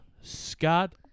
Scott